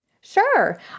Sure